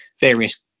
various